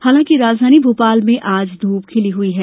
हालांकि राजधानी भोपाल में आज धूप खिली हुई है